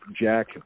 Jack